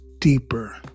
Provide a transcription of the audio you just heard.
deeper